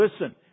listen